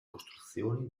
costruzioni